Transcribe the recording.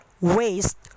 waste